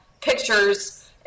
pictures